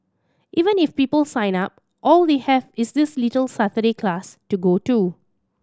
even if people sign up all they have is this little Saturday class to go to